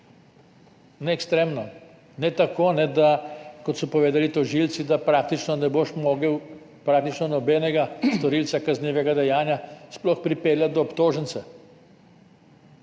Ne ekstremno. Ne tako, kot so povedali tožilci, da praktično ne boš mogel nobenega storilca kaznivega dejanja sploh pripeljati do obtožnice